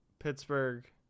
pittsburgh